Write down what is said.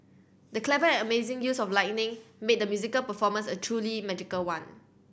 the clever and amazing use of lighting made the musical performance a truly magical one